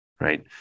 right